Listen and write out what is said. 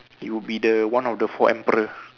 you'll be the one of the four emperor